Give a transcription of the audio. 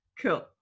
Cool